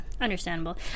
understandable